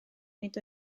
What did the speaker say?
nid